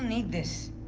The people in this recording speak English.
need this.